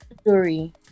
story